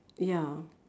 ya